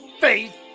faith